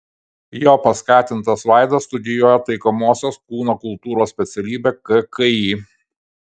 jo paskatintas vaidas studijuoja taikomosios kūno kultūros specialybę kki